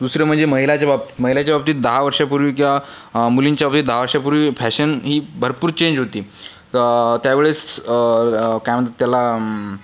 दुसरं म्हणजे महिलाच्या बाबतीत महिलाच्या बाबतीत दहा वर्षापूर्वी किंवा मुलींच्या बाबतीत दहा वर्षापूर्वी फॅशन ही भरपूर चेंज होती त्यावेळेस काय म्हणतात त्याला